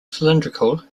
cylindrical